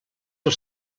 del